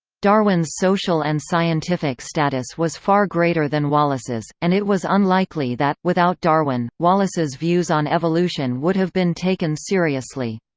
darwin's social and scientific status was far greater than wallace's, and it was unlikely that, without darwin, wallace's views on evolution would have been taken seriously.